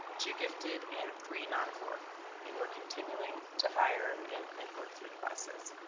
two gifted and three non-core and we're continuing to hire and and work through the process.